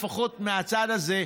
לפחות חבריי מהצד הזה,